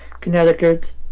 Connecticut